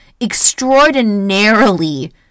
extraordinarily